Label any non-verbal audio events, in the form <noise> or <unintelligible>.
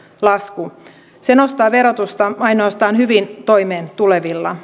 lasku se nostaa verotusta ainoastaan hyvin toimeentulevilla <unintelligible>